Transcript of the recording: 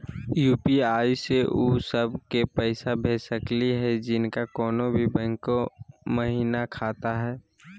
UPI स उ सब क पैसा भेज सकली हई जिनका कोनो भी बैंको महिना खाता हई?